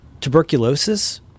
tuberculosis